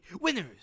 Winners